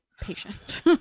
patient